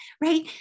right